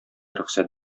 рөхсәт